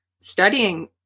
studying